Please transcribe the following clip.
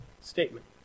statement